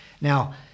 Now